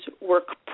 work